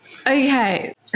Okay